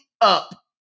up